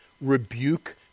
rebuke